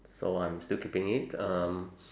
so I'm still keeping it um